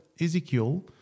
Ezekiel